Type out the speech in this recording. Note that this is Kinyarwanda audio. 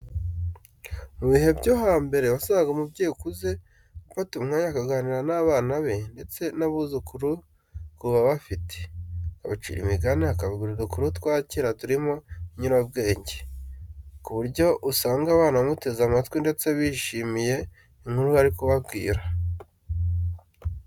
Mu bihe byo hambere wasangaga umubyeyi ukuze afata umwanya akaganira n'abana be ndetse n'abuzukuru ku babafite, akabacira imigani, akababwira udukuru twa cyera turimo inyurabwenge ku buryo usanga abana bamuteze amatwi ndetse bishimiye inkuru ari kubabwira.